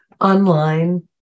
online